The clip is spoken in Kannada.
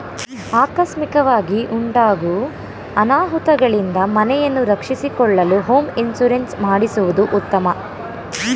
ಆಕಸ್ಮಿಕವಾಗಿ ಉಂಟಾಗೂ ಅನಾಹುತಗಳಿಂದ ಮನೆಯನ್ನು ರಕ್ಷಿಸಿಕೊಳ್ಳಲು ಹೋಮ್ ಇನ್ಸೂರೆನ್ಸ್ ಮಾಡಿಸುವುದು ಉತ್ತಮ